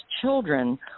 children